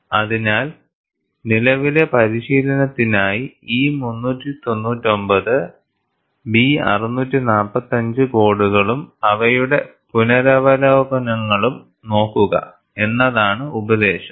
അതിനാൽ നിലവിലെ പരിശീലനത്തിനായി E399 B645 കോഡുകളും അവയുടെ പുനരവലോകനങ്ങളും നോക്കുക എന്നതാണ് ഉപദേശം